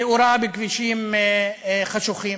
תאורה בכבישים חשוכים.